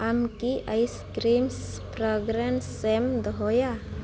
ᱟᱢ ᱠᱤ ice creams ᱯᱨᱳᱜᱨᱮᱱᱥᱮᱢ ᱫᱚᱦᱚᱭᱟ